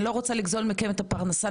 אני לא רוצה לגזול מכם את הפרנסה,